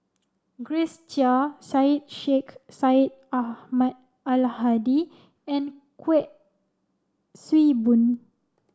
Grace Chia Syed Sheikh Syed Ahmad Al Hadi and Kuik Swee Boon